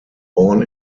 born